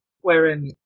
wherein